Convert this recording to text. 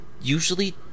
usually